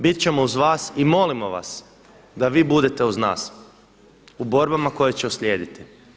Biti ćemo uz vas i molimo vas da vi budete uz nas u borbama koje će uslijediti.